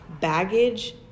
baggage